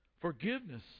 Forgiveness